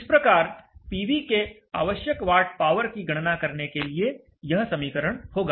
इस प्रकार पीवी के आवश्यक वाट ऑवर की गणना करने के लिए यह समीकरण होगा